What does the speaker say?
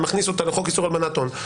מכניס אותה לחוק איסור הלבנת הון.